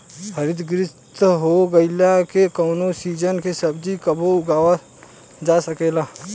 हरितगृह हो गईला से कवनो सीजन के सब्जी कबो उगावल जा सकेला